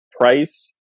price